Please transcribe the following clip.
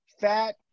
Fat